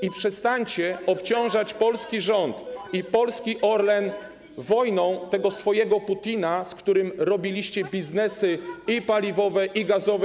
I przestańcie obciążać polski rząd i polski Orlen wojną tego swojego Putina, z którym robiliście biznesy paliwowe i gazowe.